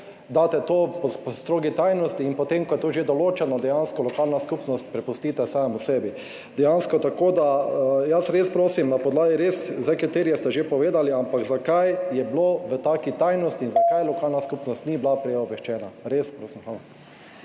daste to v strogi tajnosti, in potem ko je to že določeno, dejansko lokalno skupnost prepustite samo sebi. Dejansko. Tako da jaz res prosim [za odgovore] na podlagi česa, res, kriterije ste že povedali, ampak zakaj je bilo v taki tajnosti in zakaj lokalna skupnost ni bila prej obveščena. Res prosim.